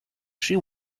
she